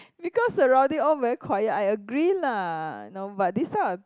because surrounding all very quiet I agree lah no but this type of